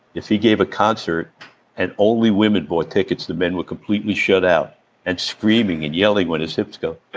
if he gave a concert and only women bought tickets, the men were completely shut out and screaming and yelling when his hips go.